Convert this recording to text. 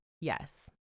yes